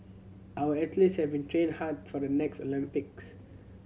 our athletes have been trained hard for the next Olympics